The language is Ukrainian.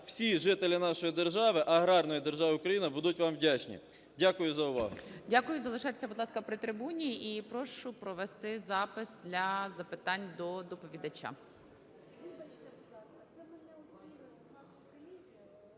всі жителі нашої держави, аграрної держави Україна, будуть вам вдячні. Дякую за увагу. ГОЛОВУЮЧИЙ. Дякую. Залишайтеся, будь ласка, при трибуні. І прошу провести запис для запитань до доповідача.